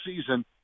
season